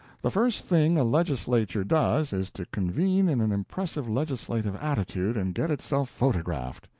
the first thing a legislature does is to convene in an impressive legislative attitude, and get itself photographed.